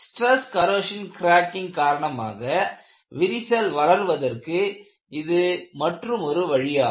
stress corrosion cracking காரணமாக விரிசல் வளர்வதற்கு இது மற்றுமொரு வழியாகும்